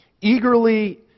eagerly